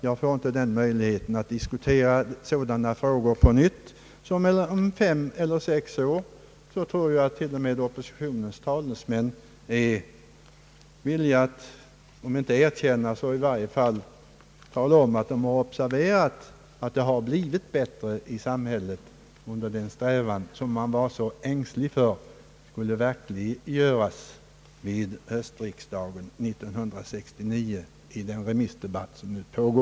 Jag får inte den möjligheten, men när politikerna blir i tillfälle att träffas om fem eller sex år tror jag att t.o.m. oppositionens talesmän är villiga att om inte erkänna så i varje fall nämna att de observerat att det blivit bättre i samhället tack vare att den strävan fullföljts, vars resultat man var så ängslig för under remissdebatten höstriksdagen 1969.